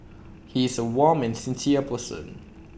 he is A warm and sincere person